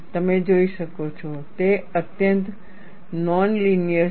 તમે જોઈ શકો છો તે અત્યંત નોન લિનિયર છે